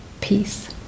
peace